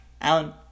Alan